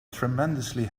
tremendously